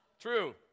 True